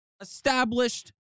established